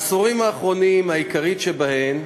בעשורים האחרונים, העיקרית שבהן,